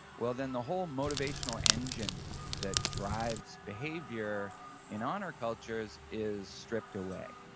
well then the whole motivational engine that drives behavior in honor cultures is stripped away.